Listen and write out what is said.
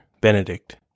Benedict